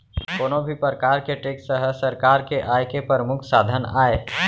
कोनो भी परकार के टेक्स ह सरकार के आय के परमुख साधन आय